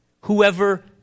Whoever